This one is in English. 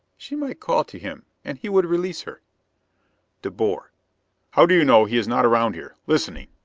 she might call to him, and he would release her de boer how do you know he is not around here? listening?